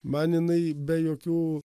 man jinai be jokių